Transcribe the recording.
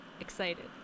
Excited